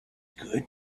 good